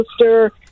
sister